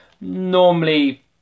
Normally